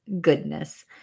goodness